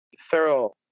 thorough